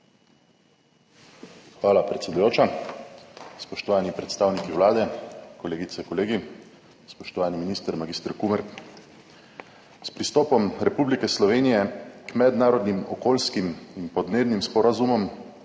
Hvala, predsedujoča. Spoštovani predstavniki Vlade, kolegice, kolegi, spoštovani minister mag. Kumer! S pristopom Republike Slovenije k mednarodnim okoljskim in podnebnim sporazumom,